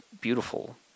beautiful